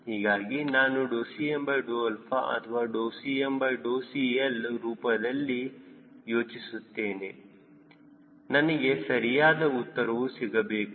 ಹೀಗಾಗಿ ನಾನು Cm ಅಥವಾ CmCL ರೂಪದಲ್ಲಿ ಯೋಚಿಸುತ್ತೇನೆ ನನಗೆ ಸರಿಯಾದ ಉತ್ತರವೂ ಸಿಗಬೇಕು